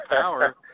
power